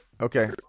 Okay